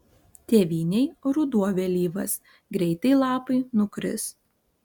tėvynėj ruduo vėlyvas greitai lapai nukris